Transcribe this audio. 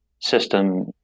system